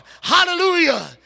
Hallelujah